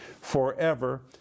forever